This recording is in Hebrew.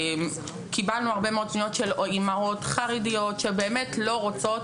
קיבלנו הרבה מאוד פניות של אימהות חרדיות שבאמת לא רוצות